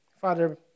Father